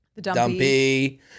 dumpy